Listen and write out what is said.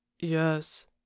yes